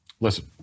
Listen